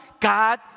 God